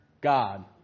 God